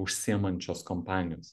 užsiemančios kompanijos